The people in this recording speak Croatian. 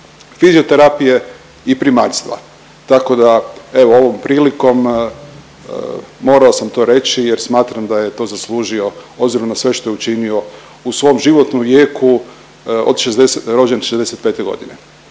fizioterapije i primaljstva. Tako da evo ovom prilikom morao sam to reći jer smatram da je to zaslužio obzirom na sve što je učinio u svom životnom vijeku od … je rođen '65.g..